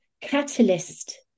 catalyst